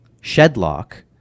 Shedlock